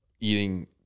eating